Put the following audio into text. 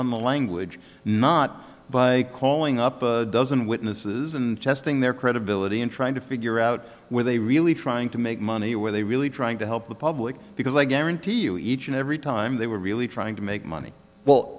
on the language not by calling up a dozen witnesses and testing their credibility and trying to figure out where they really trying to make money where they really trying to help the public because i guarantee you each and every time they were really trying to make money well